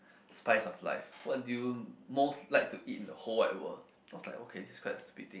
spice of life what do you most like to eat in the whole wide world I was like okay this is quite a stupid thing